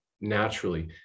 naturally